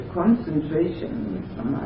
concentration